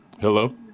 Hello